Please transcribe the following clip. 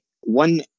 one